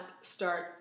start